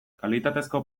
kalitatezko